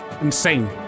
insane